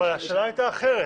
אבל השאלה הייתה אחרת.